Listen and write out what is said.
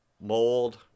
mold